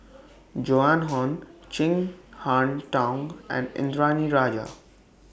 Joan Hon Chin Harn Tong and Indranee Rajah